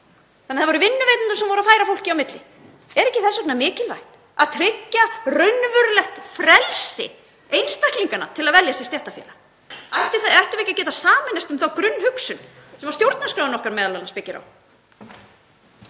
Það voru vinnuveitendur sem voru að færa fólk á milli. Er ekki þess vegna mikilvægt að tryggja raunverulegt frelsi einstaklinganna til að velja sér stéttarfélag? Ættum við ekki að geta sameinast um þá grunnhugsun sem stjórnarskráin okkar m.a. byggist á?